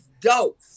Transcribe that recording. dope